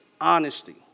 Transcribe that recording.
honesty